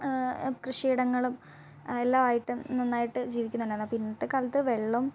കൃഷി ഇടങ്ങളും എല്ലാമായിട്ട് നന്നായിട്ട് ജീവിക്കുന്നുണ്ടായിരുന്നു അപ്പം ഇന്നത്തെ കാലത്ത് വെള്ളം